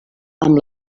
amb